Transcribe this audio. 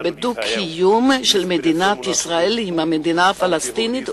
בדו-קיום של מדינת ישראל עם המדינה הפלסטינית,